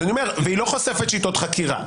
והיא לא חושפת שיטות חקירה.